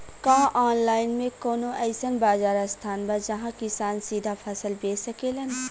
का आनलाइन मे कौनो अइसन बाजार स्थान बा जहाँ किसान सीधा फसल बेच सकेलन?